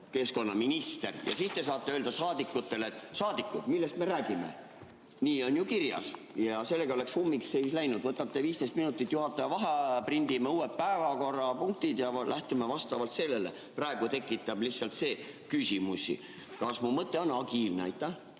keskkonnaminister. Siis te saate öelda saadikutele: "Saadikud, millest me räägime? Nii on ju kirjas." Sellega oleks ummikseis läinud. Võtate 15 minutit juhataja vaheaja, prindime uue päevakorra, uued punktid, ja lähtume sellest. Praegu tekitab see lihtsalt küsimusi. Kas mu mõte on agiilne?